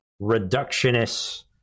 reductionist